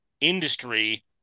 industry